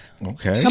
Okay